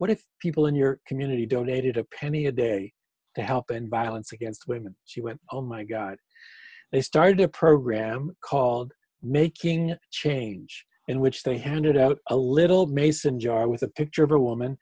if people in your community donated a penny a day to help and violence against women she went oh my god they started a program called making change in which they handed out a little mason jar with a picture of a woman